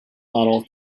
model